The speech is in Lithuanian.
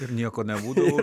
ir nieko nebūdavo